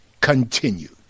continued